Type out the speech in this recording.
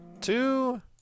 two